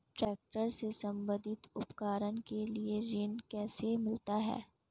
Tractor से संबंधित उपकरण के लिए ऋण कैसे मिलता है?